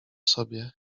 sobie